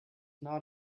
not